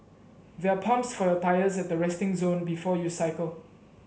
there are pumps for your tyres at the resting zone before you cycle